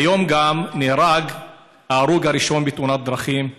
היום גם נהרג ההרוג הראשון בתאונת דרכים,